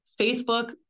Facebook